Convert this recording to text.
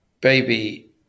baby